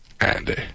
Andy